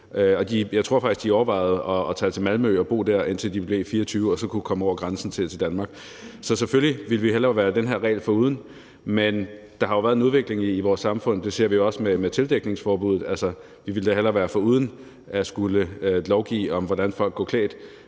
Jeg tror faktisk, at de overvejede at tage til Malmø og bo der, indtil de blev 24 år og så kunne komme over grænsen til Danmark. Så selvfølgelig ville vi hellere have været den her regel foruden, men der har jo været en udvikling i vores samfund. Det ser vi også med tildækningsforbuddet. Altså, vi ville da hellere være foruden at skulle lovgive om, hvordan folk går klædt,